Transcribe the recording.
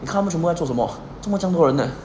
你看他们全部在做什么做么将多人的